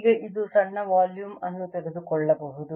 ಈಗ ಇದು ಸಣ್ಣ ವಾಲ್ಯೂಮ್ ಅನ್ನು ತೆಗೆದುಕೊಳ್ಳಬಹುದು